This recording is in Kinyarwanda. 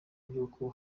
by’uko